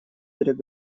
форума